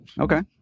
Okay